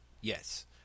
yes